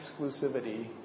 exclusivity